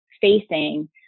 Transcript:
facing